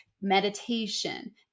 meditation